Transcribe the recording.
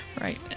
Right